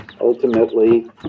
ultimately